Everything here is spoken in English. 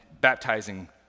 baptizing